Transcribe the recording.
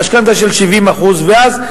למשכנתה של 70%. ואז,